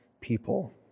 people